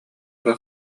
эрэ